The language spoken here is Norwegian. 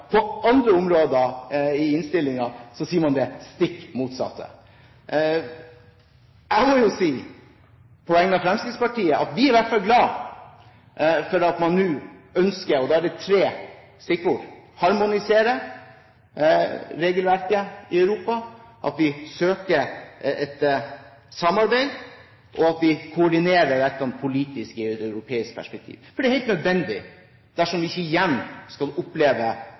på andre områder i innstillingen sier man det stikk motsatte. Jeg må på vegne av Fremskrittspartiet si at vi i hvert fall er glad for at man nå ønsker – og det er tre stikkord – å harmonisere regelverket i Europa, å søke et samarbeid og å koordinere dette politisk i et europeisk perspektiv. Det er helt nødvendig dersom vi ikke igjen skal oppleve